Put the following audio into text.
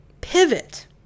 pivot